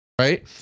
right